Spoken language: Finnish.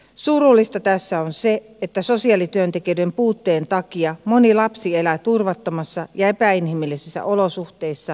surullista tässä on se että sosiaalityöntekijöiden puutteen takia moni lapsi elää turvattomissa ja epäinhimillisissä olosuhteissa